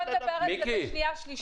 נדבר על זה בהכנה לקריאה השנייה והשלישית.